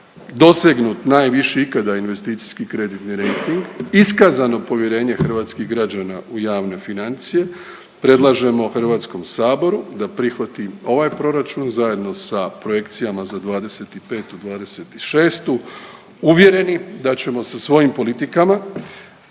dosegnut najviši ikada investicijski kreditni rejting, iskazano povjerenje hrvatskih građana u javne financije, predlažemo HS da prihvati ovaj proračun zajedno sa projekcijama za '25. i '26. uvjereni da ćemo sa svojim politikama